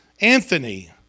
Anthony